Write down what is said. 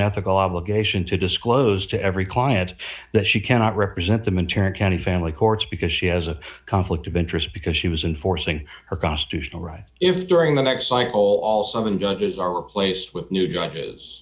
ethical obligation to disclose to every client that she cannot represent the minturn county family courts because she has a conflict of interest because she was in forcing her constitutional right if during the next cycle all seven judges are replaced with new judges